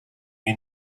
you